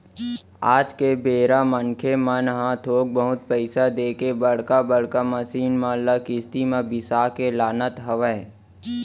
आज के बेरा मनखे मन ह थोक बहुत पइसा देके बड़का बड़का मसीन मन ल किस्ती म बिसा के लानत हवय